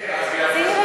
זה, יעני,